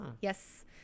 yes